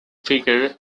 figure